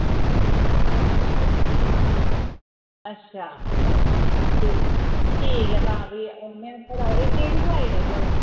अच्छा ठीक ऐ भी तां औने आं एह् केह्ड़ी साईड ऐ थुआढ़ा